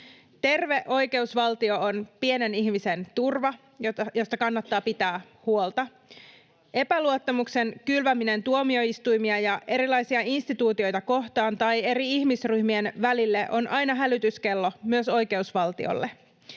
Terve oikeusvaltio on pienen ihmisen turva, josta kannattaa pitää huolta. Epäluottamuksen kylväminen tuomioistuimia ja erilaisia instituutioita kohtaan tai eri ihmisryhmien välille on aina hälytyskello myös oikeusvaltiolle.